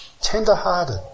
tender-hearted